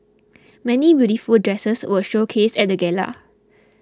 many beautiful dresses were showcased at gala